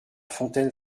fontaine